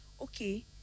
okay